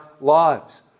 lives